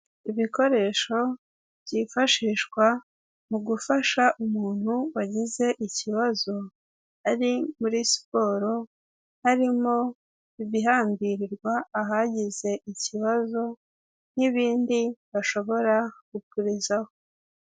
Ibikoresho byifashishwa mu gufasha umuntu wagize ikibazo, ari muri siporo harimo ibihambirirwa ahagize ikibazo nk'ibindi hashobora kukurizaho.